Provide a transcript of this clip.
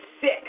sick